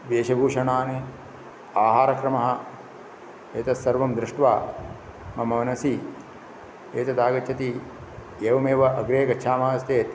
वेशभूषणानि आहारक्रमः एतत् सर्वं द्रष्ट्वा मम मनसि एतत् आगच्छति एवमेव अग्रे गच्छामश्चेत्